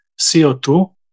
CO2